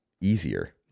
easier